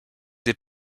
des